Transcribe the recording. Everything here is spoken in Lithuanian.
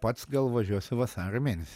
pats gal važiuosiu vasario mėnesį